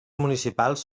municipals